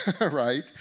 right